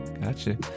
Gotcha